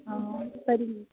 ஆ சரிங்க